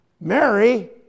Mary